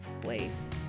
place